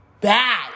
Bad